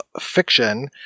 Fiction